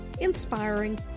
inspiring